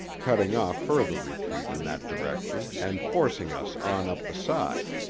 cutting off further retreat in that direction and forcing us on up the side.